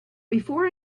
before